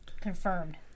Confirmed